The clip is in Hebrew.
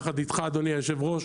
יחד אתך אדוני היושב-ראש,